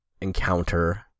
encounter